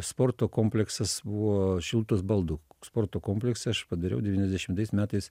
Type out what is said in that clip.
sporto kompleksas buvo šilutės baldų sporto komplekse aš padariau devyniasdešimtais metais